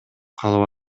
калып